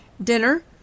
Dinner